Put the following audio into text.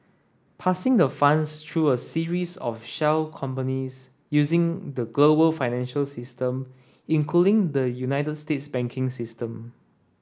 passing the funds through a series of shell companies using the global financial system including the United States banking system